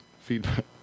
feedback